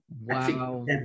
Wow